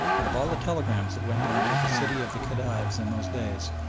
but of all the telegrams that went down to the city of the khedives in those days,